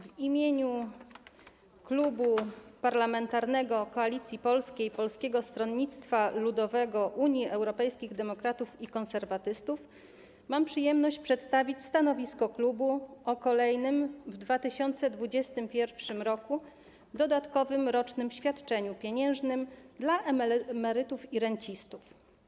W imieniu Klubu Parlamentarnego Koalicji Polskiej - Polskiego Stronnictwa Ludowego, Unii Europejskich Demokratów, Konserwatystów mam przyjemność przedstawić stanowisko klubu o kolejnym w 2021 r. dodatkowym rocznym świadczeniu pieniężnym dla emerytów i rencistów.